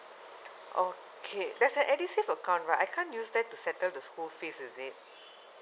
okay there's an edusave account right I can't use that to settle the school fees is it